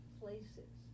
places